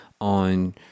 on